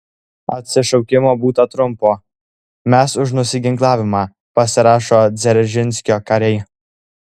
atsišaukimo būta trumpo mes už nusiginklavimą pasirašo dzeržinskio kariai